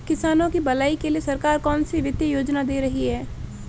किसानों की भलाई के लिए सरकार कौनसी वित्तीय योजना दे रही है?